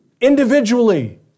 individually